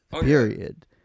period